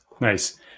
nice